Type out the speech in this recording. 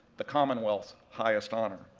the commonwealth's highest honor.